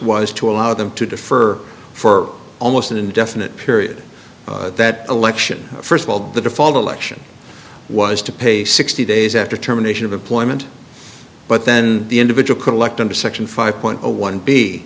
was to allow them to defer for almost an indefinite period that election first of all the default election was to pay sixty days after terminations of employment but then the individual could elect under section five point one b